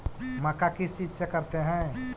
मक्का किस चीज से करते हैं?